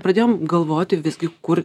pradėjom galvoti visgi kur